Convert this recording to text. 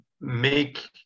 make